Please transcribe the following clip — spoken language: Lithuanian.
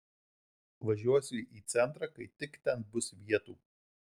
važiuosiu į centrą kai tik ten bus vietų